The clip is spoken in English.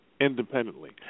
independently